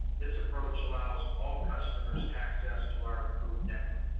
this approach allows all customers access to our improved network.